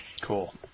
Cool